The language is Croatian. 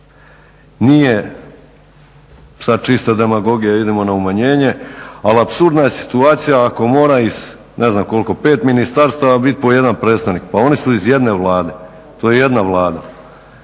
Nije sada čista demagogija idemo na umanjenje ali apsurdna je situacija ako mora iz ne znam koliko 5 ministarstva biti po 1 predstavnik, pa oni su iz jedne Vlade, to je jedna Vlada.